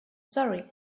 story